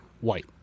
white